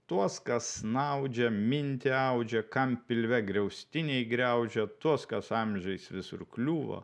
tuos kas snaudžia mintį audžia kam pilve griaustiniai griaužia tuos kas amžiais visur kliūva